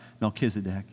Melchizedek